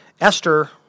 Esther